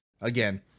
again